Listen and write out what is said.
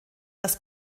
das